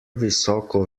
visoko